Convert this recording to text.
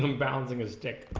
um balancing a stick